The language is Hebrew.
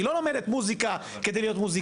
היא לא לומדת מוזיקה כדי להיות מוזיקאית.